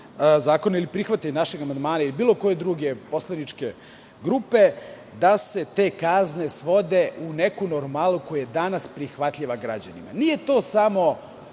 zakona ili prihvatanjem našeg amandmana ili bilo koje druge poslaničke grupe te kazne svode u neku normalu koja je danas prihvatljiva građanima. Nije to samo